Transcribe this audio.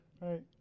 Right